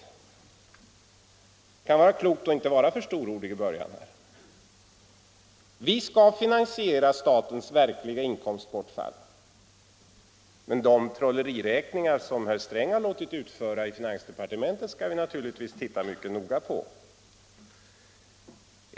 Det kan då vara klokt att inte vara för storordig i början av riksdagen. Vi skall finansiera statens verkliga inkomstbortfall, men de trolleriräkningar som herr Sträng har låtit utföra i finansdepartementet skall vi naturligtvis titta mycket noga på.